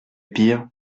pires